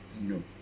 no